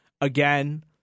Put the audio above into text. again